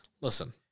Listen